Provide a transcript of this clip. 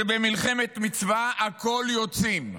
"במלחמת מצווה הכול יוצאים",